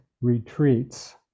Retreats